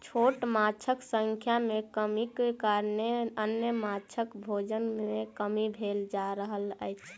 छोट माँछक संख्या मे कमीक कारणेँ अन्य माँछक भोजन मे कमी भेल जा रहल अछि